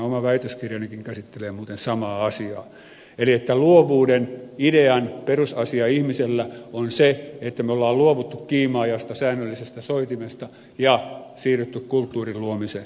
oma väitöskirjanikin käsittelee muuten samaa asiaa eli sitä että luovuuden idean perusasia ihmisellä on se että me olemme luopuneet kiima ajasta säännöllisestä soitimesta ja siirtyneet kulttuurin luomiseen